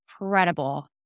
incredible